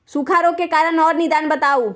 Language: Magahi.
सूखा रोग के कारण और निदान बताऊ?